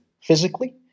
physically